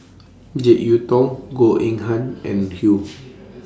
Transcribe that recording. Jek Yeun Thong Goh Eng Han and Hsu